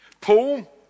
Paul